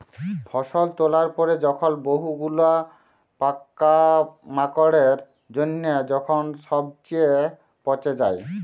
ফসল তোলার পরে যখন বহু গুলা পোকামাকড়ের জনহে যখন সবচে পচে যায়